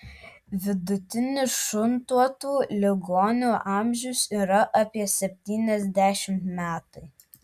vidutinis šuntuotų ligonių amžius yra apie septyniasdešimt metai